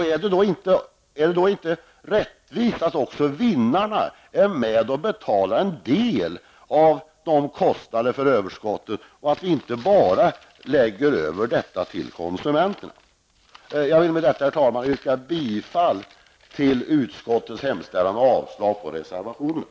Är det då inte rättvist att också vinnarna är med och betalar en del av kostnaderna för överskottet och att man inte bara lägger över dessa på konsumenterna? Herr talman! Jag vill med det anförda yrka bifall till utskottets hemställan och avslag på reservationerna.